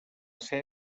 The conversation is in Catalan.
ser